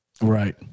Right